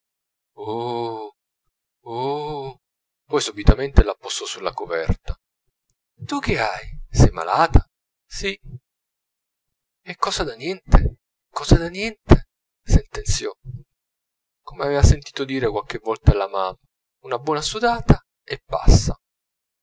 poi subitamente la posò sulla coverta tu che hai sei malata sì è cosa da niente cosa da niente sentenziò come aveva sentito dire qualche volta alla mamma una buona sudata e passa